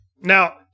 Now